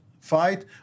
Fight